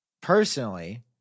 Personally